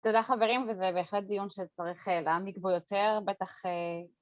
‫תודה, חברים, וזה בהחלט דיון ‫שצריך להעמיק בו יותר, בטח...